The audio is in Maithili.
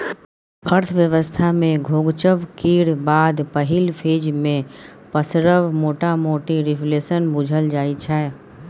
अर्थव्यवस्था मे घोकचब केर बाद पहिल फेज मे पसरब मोटामोटी रिफ्लेशन बुझल जाइ छै